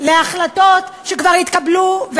של החלטות שכבר התקבלו,